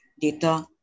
data